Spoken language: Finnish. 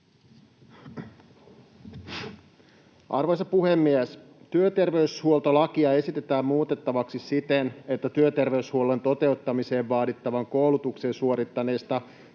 Arvoisa puhemies! Työterveyshuoltolakia esitetään muutettavaksi siten, että työterveyshuollon toteuttamiseen vaadittavan koulutuksen suorittaneista